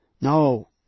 No